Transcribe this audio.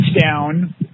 down